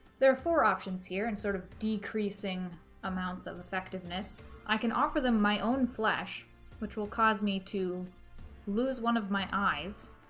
there are four options here in sort of decreasing amounts of effectiveness i can offer them my own flesh which will cause me to lose one of my eyes